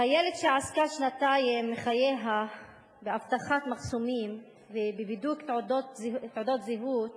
חיילת שעסקה שנתיים מחייה באבטחת מחסומים ובבידוק תעודות זהות